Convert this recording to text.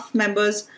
members